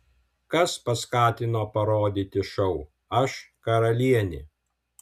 kas paskatino parodyti šou aš karalienė